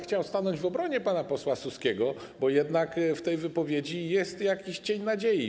Chciałbym stanąć w obronie pana posła Suskiego, bo jednak w tej wypowiedzi jest jakiś cień nadziei.